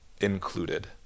included